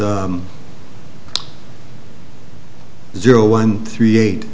is zero one three eight